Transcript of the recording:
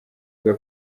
bwa